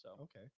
Okay